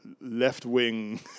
left-wing